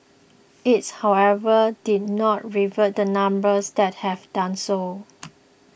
its however did not reveal the numbers that have done so